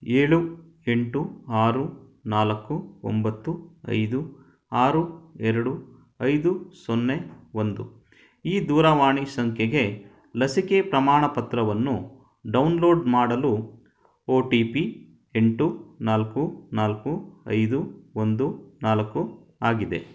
ಏಳು ಎಂಟು ಆರು ನಾಲ್ಕು ಒಂಬತ್ತು ಐದು ಆರು ಎರಡು ಐದು ಸೊನ್ನೆ ಒಂದು ಈ ದೂರವಾಣಿ ಸಂಖ್ಯೆಗೆ ಲಸಿಕೆ ಪ್ರಮಾಣಪತ್ರವನ್ನು ಡೌನ್ಲೋಡ್ ಮಾಡಲು ಓ ಟಿ ಪಿ ಎಂಟು ನಾಲ್ಕು ನಾಲ್ಕು ಐದು ಒಂದು ನಾಲ್ಕು ಆಗಿದೆ